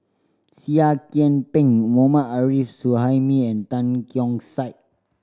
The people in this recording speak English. Seah Kian Peng Mohammad Arif Suhaimi and Tan Keong Saik